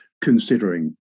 considering